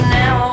now